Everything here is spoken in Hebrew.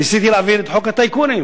ניסיתי להעביר את חוק הטייקונים,